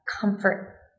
comfort